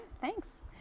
Thanks